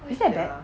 is that bad